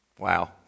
Wow